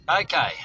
Okay